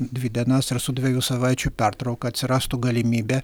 dvi dienas ir su dviejų savaičių pertrauka atsirastų galimybė